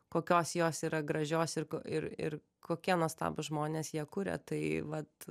kokios jos yra gražios ir ir ir kokie nuostabūs žmonės ją kuria tai vat